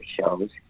shows